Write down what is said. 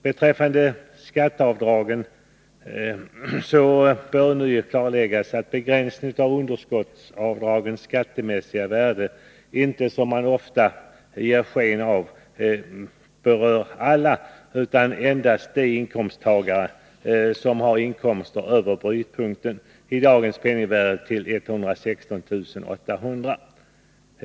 Beträffande skatteavdragen bör ånyo klarläggas att begränsningen av underskottsavdragens skattemässiga värde inte, som man ofta ger sken av, berör alla, utan endast de inkomsttagare som har inkomster över ”brytpunkten”, i dagens penningvärde 116 800 kr.